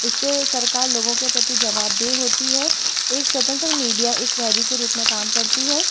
इस से सरकार लोगों के प्रति जवाब देय होती है एक स्वतंत्र मीडिया एक पहरी के रूप में काम करती है